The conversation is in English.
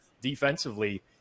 defensively